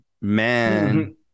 man